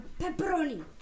pepperoni